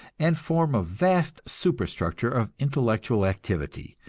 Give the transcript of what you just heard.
and form a vast superstructure of intellectual activity,